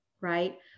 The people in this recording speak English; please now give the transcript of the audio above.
right